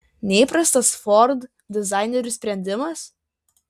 neįprastas ford dizainerių sprendimas